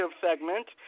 segment